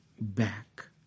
back